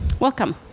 Welcome